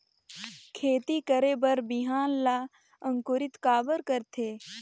खेती करे बर बिहान ला अंकुरित काबर करथे?